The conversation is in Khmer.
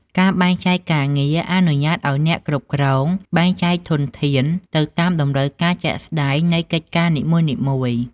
ការបែងចែកការងារអនុញ្ញាតឱ្យអ្នកគ្រប់គ្រងបែងចែកធនធាន ទៅតាមតម្រូវការជាក់ស្តែងនៃកិច្ចការនីមួយៗ។